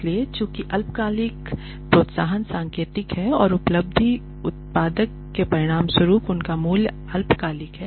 इसलिए चूंकि अल्पकालिक प्रोत्साहन सांकेतिक हैं और अल्पावधि उत्पादकता के परिणामस्वरूप उनका मूल्य अल्पकालिक है